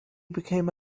became